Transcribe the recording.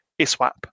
ISWAP